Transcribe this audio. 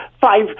five